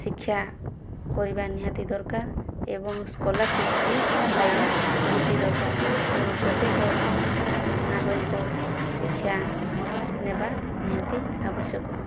ଶିକ୍ଷା କରିବା ନିହାତି ଦରକାର ଏବଂ ସ୍କଲାରସିପ୍ ବି ପାଇବା ନିହାତି ଦରକାର ତେଣୁ ପ୍ରତ୍ୟେକ ନାଗରିକ ଶିକ୍ଷା ନେବା ନିହାତି ଆବଶ୍ୟକ